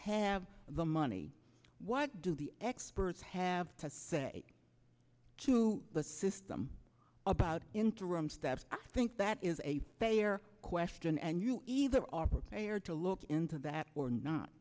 have the money what do the experts have to say to the system about interim steps i think that is a fair question and you either are prepared to look into that or not